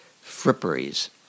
fripperies